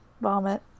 vomit